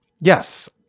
Yes